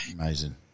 amazing